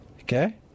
Okay